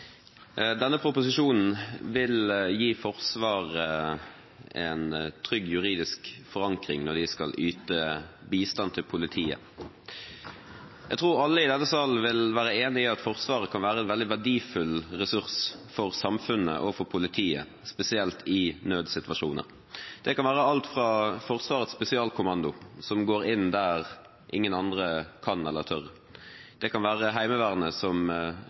Denne proposisjonen vil gi Forsvaret en trygg juridisk forankring når de skal yte bistand til politiet. Jeg tror alle i denne salen vil være enig i at Forsvaret kan være en veldig verdifull ressurs for samfunnet og for politiet, spesielt i nødsituasjoner. Det kan være alt fra Forsvarets spesialkommando, som går inn der ingen andre kan eller tør. Det kan være Heimevernet, som